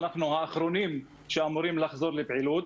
אנחנו כמובן האחרונים שאמורים לחזור לפעילות,